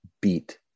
beat